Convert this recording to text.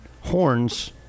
Horns